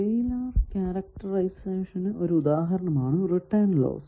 scalar ക്യാരക്ടറായിസേഷന് ഒരു ഉദാഹരണമാണ് റിട്ടേൺ ലോസ്